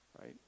right